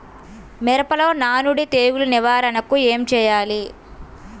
మిరపలో నానుడి తెగులు నివారణకు ఏమి చేయాలి?